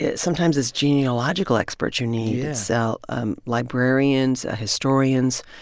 yeah sometimes it's genealogical experts you need. it's so um librarians, historians.